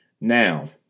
Now